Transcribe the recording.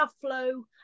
flow